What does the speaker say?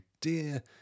dear